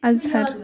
Azhar